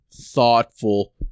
thoughtful